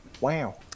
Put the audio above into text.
Wow